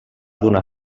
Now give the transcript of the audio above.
donar